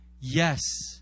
yes